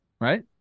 right